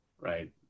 right